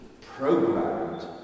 programmed